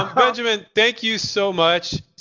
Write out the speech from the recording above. um benjamin, thank you so much.